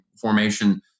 formation